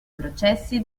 processi